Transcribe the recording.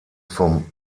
vom